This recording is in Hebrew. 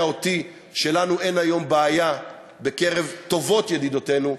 אותי שלנו אין היום בעיה בקרב טובות ידידותינו.